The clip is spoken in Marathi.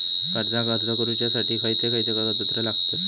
कर्जाक अर्ज करुच्यासाठी खयचे खयचे कागदपत्र लागतत